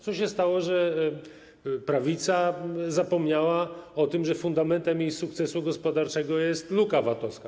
Co się stało, że prawica zapomniała o tym, że fundamentem jej sukcesu gospodarczego jest luka VAT-owska?